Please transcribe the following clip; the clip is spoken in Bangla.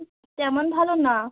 হুম তেমন ভালো না